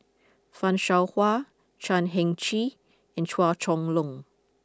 Fan Shao Hua Chan Heng Chee and Chua Chong Long